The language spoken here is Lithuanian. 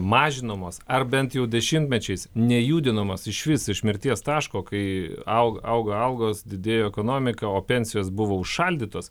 mažinamos ar bent jau dešimmečiais nejudinamos išvis iš mirties taško kai augo augo augo didėjo ekonomika o pensijos buvo užšaldytos